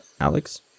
Alex